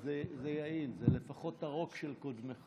זה יעיל, אבל לפחות את הרוק של קודמך